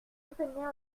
soutenir